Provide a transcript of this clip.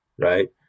right